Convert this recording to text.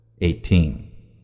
Eighteen